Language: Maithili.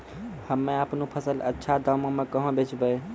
हम्मे आपनौ फसल अच्छा दामों मे कहाँ बेचबै?